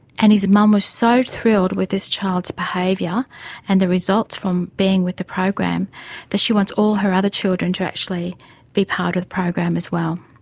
and his mum was so thrilled with this child's behaviour and the results from being with the program that she wants all her other children to actually be part of the program as well.